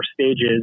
Stages